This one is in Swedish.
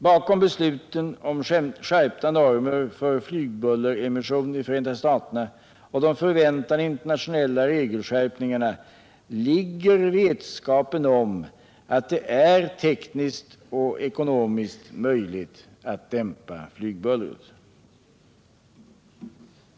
Bakom besluten om skärpta normer för flygbulleremission i Förenta staterna och de förväntade internationella regelskärpningarna ligger vetskapen om att det är tekniskt och ekonomiskt möjligt att dämpa flygbullret.